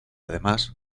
además